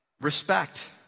Respect